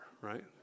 right